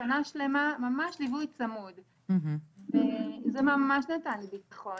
ממש ליוויי צמוד וזה ממש נתן לי ביטחון,